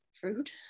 fruit